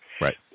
Right